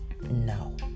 no